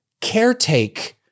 caretake